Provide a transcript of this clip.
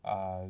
err